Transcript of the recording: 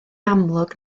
amlwg